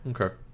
Okay